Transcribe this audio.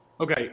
Okay